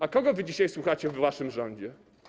A kogo wy dzisiaj słuchacie w waszym rządzie?